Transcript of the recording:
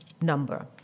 number